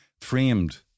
framed